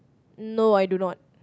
no I do not